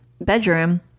bedroom